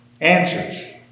answers